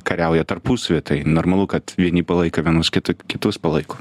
kariauja tarpusavyje tai normalu kad vieni palaiko vienus kiti kitus palaiko